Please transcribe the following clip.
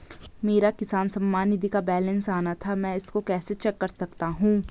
मेरा किसान सम्मान निधि का बैलेंस आना था मैं इसको कैसे चेक कर सकता हूँ?